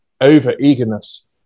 over-eagerness